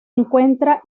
encuentra